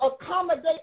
Accommodate